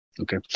Okay